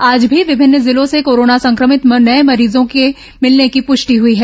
आज भी विभिन्न जिलों से कोरोना संक्रमित नये मरीजों के मिलने की पृष्टि हई है